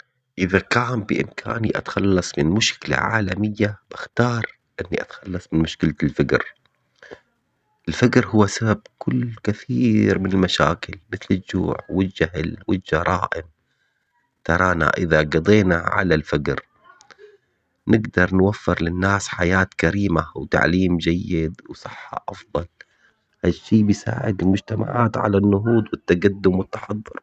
اذا كان بامكاني اتخلص من مشكلة عالمية بختار اني اتخلص من مشكلة الفقر. الفقر هو سبب كل كثير من المشاكل مثل الجوع والجهل والجرائم. ترانا اذا قضينا على الفقر نقدر نوفر للناس حياة وتعليم جيد وصحة افضل. هالشي بساعد المجتمعات على النهوض والتقدم والتحضر